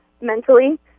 Mentally